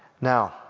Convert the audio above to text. Now